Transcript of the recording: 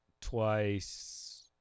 twice